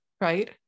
right